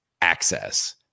access